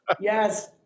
Yes